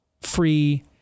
free